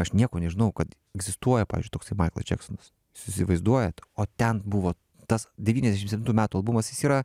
aš nieko nežinau kad egzistuoja pavyzdžiui toksai maiklas džeksonas jūs įsivaizduojat o ten buvo tas devyniasdešim septintų metų albumas jis yra